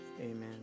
amen